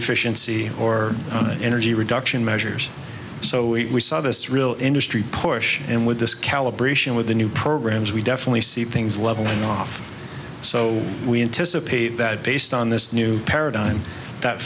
efficiency or energy reduction measures so we saw this real industry push and with this calibration with the new programs we definitely see things leveling off so we anticipate that based on this new paradigm that